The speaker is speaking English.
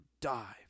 die